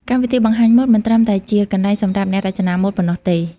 កម្មវិធីបង្ហាញម៉ូដមិនត្រឹមតែជាកន្លែងសម្រាប់អ្នករចនាម៉ូដប៉ុណ្ណោះទេ។